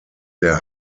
der